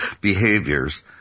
behaviors